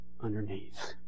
underneath